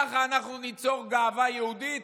ככה אנחנו ניצור גאווה יהודית?